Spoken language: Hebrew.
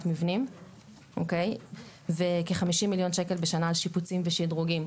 מבנים וכ-50 מיליון שקל על שיפוצים ושדרוגים.